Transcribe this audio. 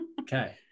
Okay